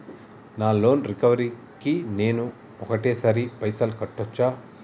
నా loan recovery కి నేను ఒకటేసరి పైసల్ కట్టొచ్చా?